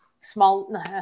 small